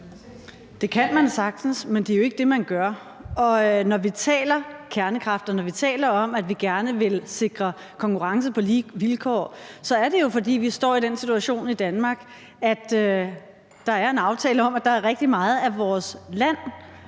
Det kan man sagtens, men det er jo ikke det, man gør. Når vi taler kernekraft og taler om, at vi gerne vil sikre konkurrence på lige vilkår, så er det jo, fordi vi står i den situation i Danmark, at der er en aftale om, at der er rigtig meget af vores land,